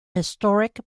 historic